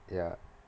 ya